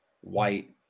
White